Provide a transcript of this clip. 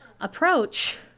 approach